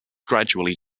gradually